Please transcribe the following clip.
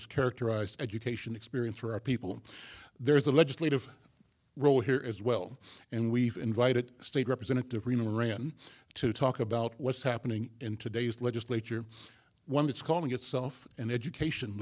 is characterized education experience for our people and there's a legislative role here as well and we've invited state representative rena ran to talk about what's happening in today's legislature one that's calling itself an education